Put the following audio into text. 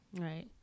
Right